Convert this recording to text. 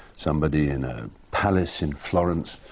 somebody in a palace in florence,